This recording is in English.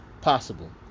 possible